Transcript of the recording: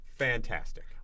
Fantastic